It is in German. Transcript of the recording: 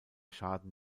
schaden